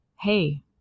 hey